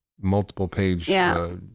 multiple-page